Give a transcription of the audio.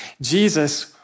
Jesus